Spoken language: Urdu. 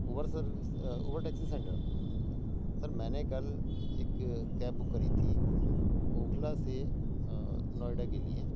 Uber service Uber taxi centre sir میں نے کل ایک کیب بک کری تھی اوکھلا سے نوئیڈا کے لیے